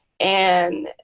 and,